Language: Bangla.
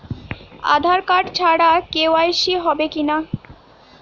আধার কার্ড ছাড়া কে.ওয়াই.সি হবে কিনা?